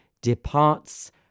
departs